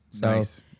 Nice